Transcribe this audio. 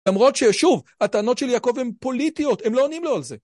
למרות ששוב, הטענות של יעקב הן פוליטיות, הם לא עונים לו על זה.